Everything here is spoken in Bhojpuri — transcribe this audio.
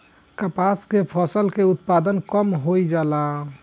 कपास के फसल के उत्पादन कम होइ जाला?